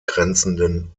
angrenzenden